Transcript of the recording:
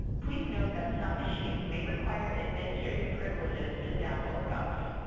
please note that some machines may require administrative privileges to download gups.